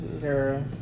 girl